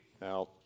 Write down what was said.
Now